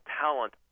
talent